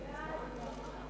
חוק הביטוח